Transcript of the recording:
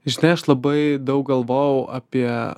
žinai aš labai daug galvojau apie